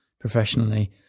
professionally